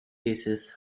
cases